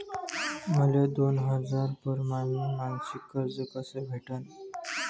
मले दोन हजार परमाने मासिक कर्ज कस भेटन?